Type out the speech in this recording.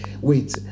Wait